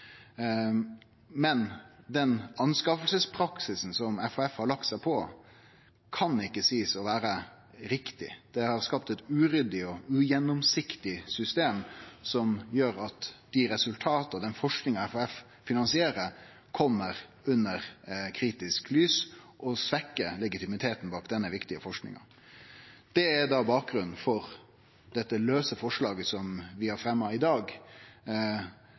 Men den anskaffingspraksisen som FHF har lagt seg på, kan ein ikkje seie er riktig. Det har skapt eit uryddig og ugjennomsiktig system som gjer at dei resultata og den forskinga FHF finansierer, kjem under kritisk lys og svekkjer legitimiteten bak denne viktige forskinga. Det er bakgrunnen for det lause forslaget som vi har fremja i dag,